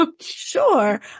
sure